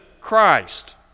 Christ